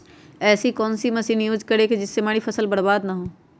ऐसी कौन सी मशीन हम यूज करें जिससे हमारी फसल बर्बाद ना हो?